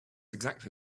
exactly